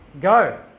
go